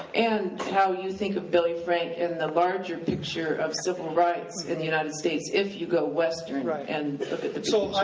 and how you think of billy frank in the larger picture of civil rights in the united states, if you go western and look at the